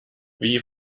wie